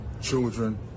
children